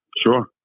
sure